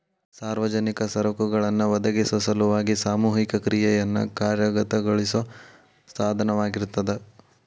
ಸಾರ್ವಜನಿಕ ಸರಕುಗಳನ್ನ ಒದಗಿಸೊ ಸಲುವಾಗಿ ಸಾಮೂಹಿಕ ಕ್ರಿಯೆಯನ್ನ ಕಾರ್ಯಗತಗೊಳಿಸೋ ಸಾಧನವಾಗಿರ್ತದ